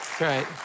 Right